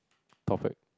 perfect